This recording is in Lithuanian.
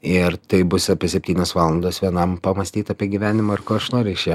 ir taip bus apie septynias valandas vienam pamąstyt apie gyvenimą ir ko aš noriu iš jo